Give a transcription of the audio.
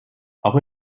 auch